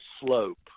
slope